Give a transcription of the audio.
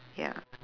ya